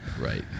Right